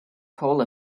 toll